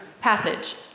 passage